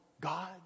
God